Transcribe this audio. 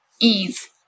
ease